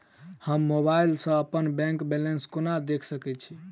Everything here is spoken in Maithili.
हम मोबाइल सा अपने बैंक बैलेंस केना देख सकैत छी?